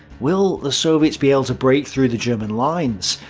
will the soviets be able to break through the german lines?